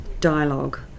dialogue